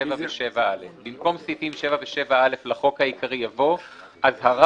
סעיפים7 ו־7א 9. במקום סעיפים 7 ו־7א לחוק העיקרי יבוא: "אזהרה